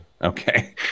Okay